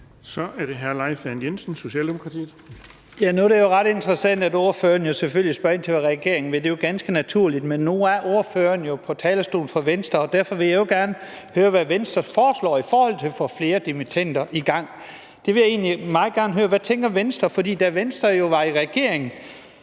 Så er det hr. Leif Lahn Jensen, Socialdemokratiet. Kl. 13:42 Leif Lahn Jensen (S): Nu spørger ordføreren selvfølgelig ind til, hvad regeringen vil. Det er jo ganske naturligt. Men nu er ordføreren jo på talerstolen for Venstre, og derfor vil jeg gerne høre, hvad Venstre foreslår for at få flere dimittender i gang. Jeg vil egentlig meget gerne høre, hvad Venstre tænker om det, for da Venstre var i regering,